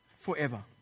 forever